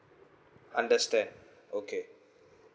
understand okay